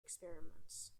experiments